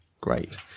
great